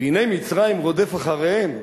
והנה מצרים רודף אחריהם,